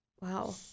Wow